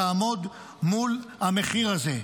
תעמוד מול המחיר הזה.